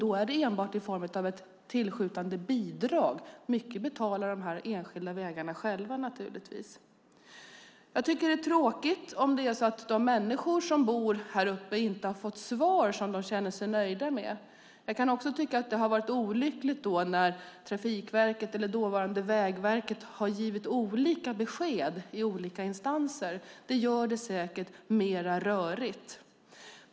Det är enbart ett tillskjutet bidrag; mycket betalar de enskilda väghållarna själva. Jag tycker att det är tråkigt om det är så att de människor som bor här uppe inte har fått svar de känner sig nöjda med. Jag kan också tycka att det har varit olyckligt att Trafikverket, dåvarande Vägverket, har givit olika besked i olika instanser. Det gör det säkert mer rörigt.